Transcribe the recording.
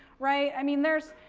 right? i mean, there's,